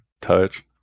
touch